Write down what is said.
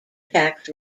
tax